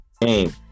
game